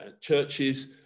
churches